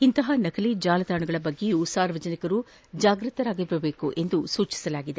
ಇಂತಹ ನಕಲಿ ಜಾಲತಾಣಗಳ ಬಗ್ಗೆ ಸಾರ್ವಜನಿಕರು ಜಾಗೃತರಾಗಿರಬೇಕೆಂದು ಸೂಚಿಸಲಾಗಿದೆ